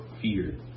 fear